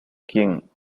quien